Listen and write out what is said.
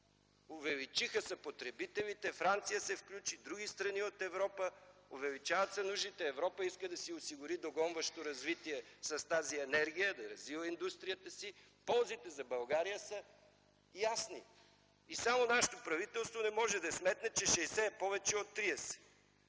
Увеличиха се потребителите – Франция се включи, други страни от Европа, увеличават се нуждите, Европа иска да си осигури догонващо развитие с тази енергия – да развива индустрията си. Ползите за България са ясни. И само нашето правителство не може да сметне, че 60 е повече от 30.